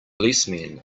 policemen